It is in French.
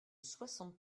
soixante